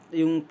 yung